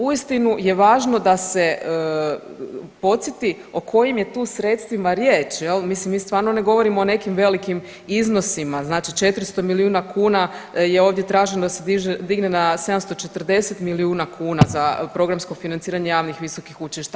Uistinu je važno da se podsjeti o kojim je tu sredstvima riječ mislim mi stvarno ne govorimo o nekim velikim iznosima, znači 400 milijuna kuna je ovdje traženo da se digne na 740 milijuna kuna za programsko financiranje javnih visokih učilišta.